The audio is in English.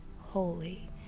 holy